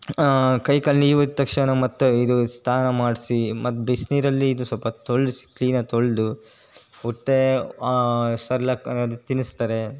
ಕೈಕಾಲು ನೀವಿದು ತಕ್ಷಣ ಮತ್ತು ಇದು ಸ್ಥಾನ ಮಾಡಿಸಿ ಮತ್ತು ಬಿಸಿನೀರಲ್ಲಿ ಇದು ಸ್ವಲ್ಪ ತೊಳ್ಸಿ ಕ್ಲೀನಾಗಿ ತೊಳೆದು ಹೊಟ್ಟೆ ಸರ್ಲಾಕ್ ಏನಾದರೂ ತಿನ್ನಿಸ್ತಾರೆ